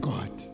God